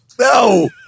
No